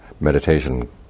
meditation